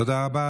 תודה רבה.